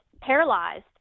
paralyzed